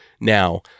now